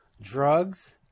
drugs